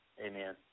Amen